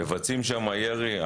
מבצעים שמה ירי,